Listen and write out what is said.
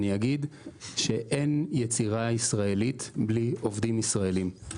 אין יצירה ישראלית בלי עובדים ישראלים.